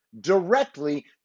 directly